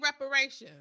reparations